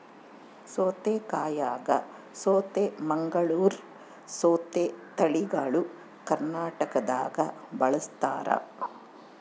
ಸೌತೆಕಾಯಾಗ ಸೌತೆ ಮಂಗಳೂರ್ ಸೌತೆ ತಳಿಗಳು ಕರ್ನಾಟಕದಾಗ ಬಳಸ್ತಾರ